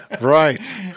right